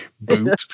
boot